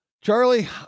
charlie